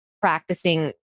practicing